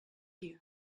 you